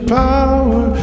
power